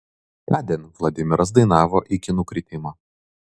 tądien vladimiras dainavo iki nukritimo